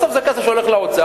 בסוף זה כסף שהולך לאוצר,